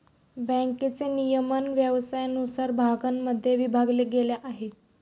बँकेचे नियमन व्यवसायानुसार भागांमध्ये विभागले गेले आहे